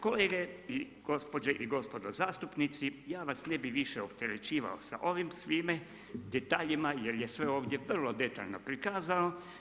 Kolege i gospođe i gospodo zastupnici ja vas ne bih više opterećivao sa ovim svime detaljima jer je sve ovdje vrlo detaljno prikazano.